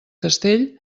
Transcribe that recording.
castell